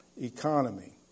economy